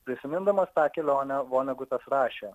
prisimindamas tą kelionę vonegutas rašė